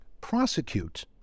prosecute